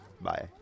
bye